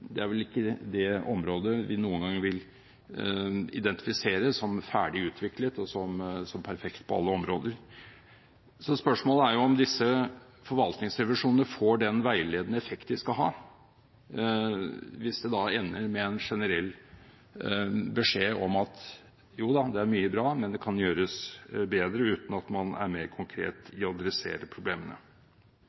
er vel ikke et område vi noen gang vil identifisere som ferdig utviklet, og som perfekt på alle områder. Spørsmålet er om disse forvaltningsrevisjonene får den veiledende effekt de skal ha, hvis det ender med en generell beskjed om at jo da, det er mye bra, men det kan gjøres bedre – uten at man er mer konkret i å adressere problemene.